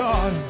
God